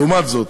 לעומת זאת,